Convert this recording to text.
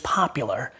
popular